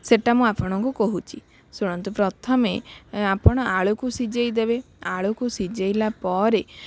ସେଟା ମୁଁ ଆପଣଙ୍କୁ କହୁଛି ଶୁଣନ୍ତୁ ପ୍ରଥମେ ଆପଣ ଆଳୁକୁ ସିଜାଇ ଦେବେ ଆଳୁକୁ ସିଜାଇଲା ପରେ